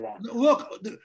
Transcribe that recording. Look